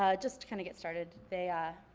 ah just to kind of get started they ah